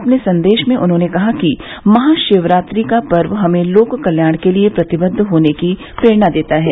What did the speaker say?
अपने संदेश में उन्होंने कहा कि महाशिवरात्रि का पर्व हमें लोककल्याण के लिए प्रतिबद्ध होने की प्रेरणा देता है